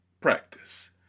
practice